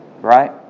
Right